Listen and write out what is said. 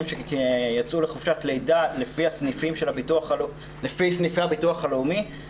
שיצאו לחופשת לידה לפי סניפי הביטוח הלאומי.